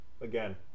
again